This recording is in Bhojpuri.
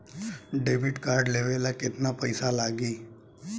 डेबिट कार्ड लेवे ला केतना पईसा लागी?